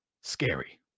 scary